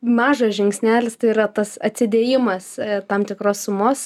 mažas žingsnelis tai yra tas atsidėjimas tam tikros sumos